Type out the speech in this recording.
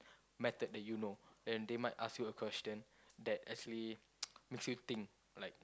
method that you know then they might ask you a question that actually makes you think like